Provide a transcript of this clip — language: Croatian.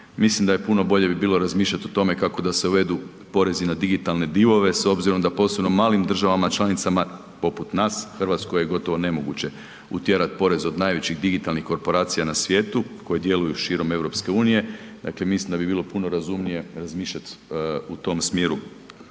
Mislim da je puno bolje bi bilo razmišljati o tome kako da se uvedu porezi na digitalne divove s obzirom da u posebno malim državama članicama poput nas, Hrvatskoj je gotovo nemoguće utjerati porez od najvećih digitalnih korporacija na svijetu koje djeluju širom EU. Dakle mislim da bi bilo puno razumnije razmišljati u tom smjeru